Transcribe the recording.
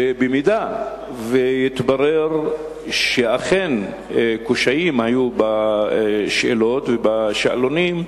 שאם יתברר שאכן היו קשיים בשאלות ובשאלונים,